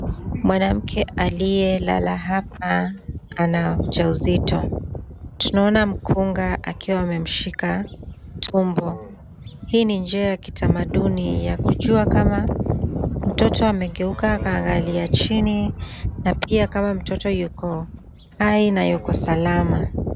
Mwanamke aliye lala hapa ana ujauzito. Tunaona mkunga akiwa amemshika tumbo. Hii ni njia ya kitamadhuni ya kujua kama, mtoto amegeuka akaangalia chini na pia kama mtoto yuko hai na salama.